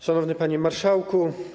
Szanowny Panie Marszałku!